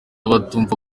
batumva